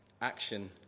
action